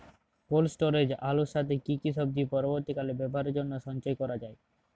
Cold স্টোরেজে আলুর সাথে কি কি সবজি পরবর্তীকালে ব্যবহারের জন্য সঞ্চয় করা যায়?